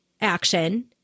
action